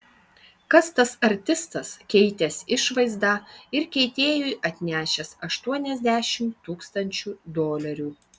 kas tas artistas keitęs išvaizdą ir keitėjui atnešęs aštuoniasdešimt tūkstančių dolerių